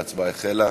ההצבעה החלה.